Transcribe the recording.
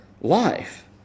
life